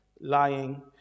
Lying